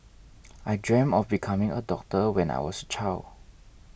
I dreamt of becoming a doctor when I was a child